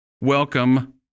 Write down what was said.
Welcome